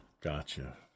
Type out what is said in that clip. Gotcha